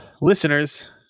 listeners